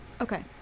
Okay